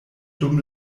dum